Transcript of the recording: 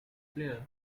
clear